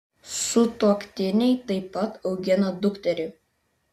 sutuoktiniai taip pat augina dukterį